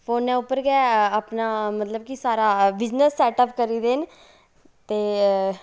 फोनै उप्पर गै अपना मतलब कि सारा बिजनस सैटअप करी दे न ते